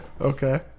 okay